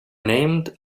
named